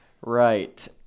Right